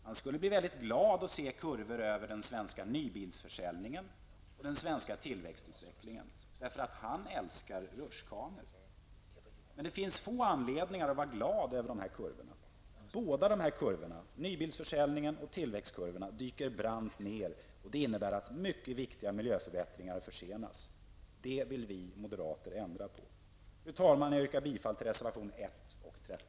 Han skulle bli väldigt glad att se kurvor över den svenska nybilsförsäljningen och den svenska tillväxtutvecklingen. Han älskar rutschkanor. Men det finns få anledningar att vara glad över dessa kurvor. Båda dessa kurvor, nybilsförsäljningen och tillväxtkurvan, dyker brant ned. Det innebär att mycket viktiga miljöförbättringar försenas. Det vill vi moderater ändra på. Fru talman! Jag yrkar bifall till reservationerna 1